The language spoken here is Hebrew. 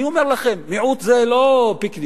אני אומר לכם: מיעוט זה לא פיקניק,